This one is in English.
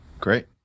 Great